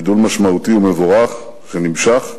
גידול משמעותי ומבורך, שנמשך.